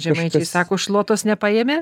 žemaičiai sako šluotos nepaėmė